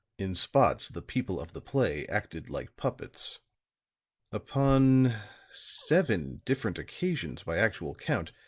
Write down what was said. in spots, the people of the play acted like puppets upon seven different occasions, by actual count,